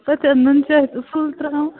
پَتہٕ نُن چاے تہٕ فُل ترٛاوان